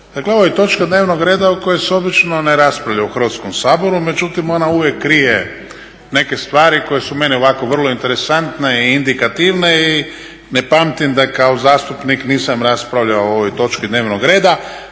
Dakle, ovo je točka dnevnog reda o kojoj se obično ne raspravlja u Hrvatskom saboru, međutim ona uvijek krije neke stvari koje su meni ovako vrlo interesantne i indikativne i ne pamtim da kao zastupnik nisam raspravljao o ovoj točki dnevnog reda